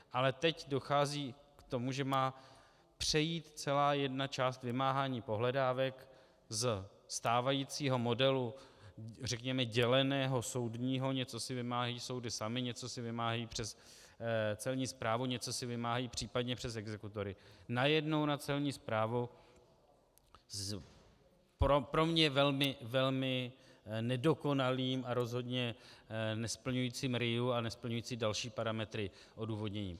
Ale teď dochází k tomu, že má přejít celá jedna část vymáhání pohledávek ze stávajícího modelu, řekněme, děleného soudního něco si vymáhají soudy samy, něco si vymáhají přes Celní správu, něco si vymáhají případně přes exekutory najednou na Celní správu s pro mě velmi nedokonalým a rozhodně nesplňujícím RIA a nesplňujícím další parametry odůvodněním.